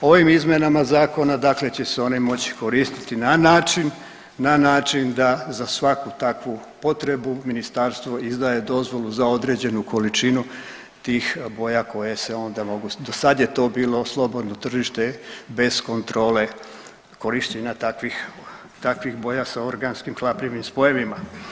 Ovim izmjenama zakona dakle će se one moći koristiti na način, na način da za svaku takvu potrebu ministarstvo izdaje dozvolu za određenu količinu tih boja koje se onda mogu, dosada je to bilo slobodno tržište bez kontrole korištenja takvih, takvih boja s organski hlapljivim spojevima.